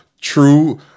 true